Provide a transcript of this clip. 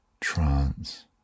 trance